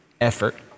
effort